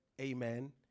Amen